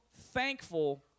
thankful